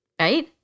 right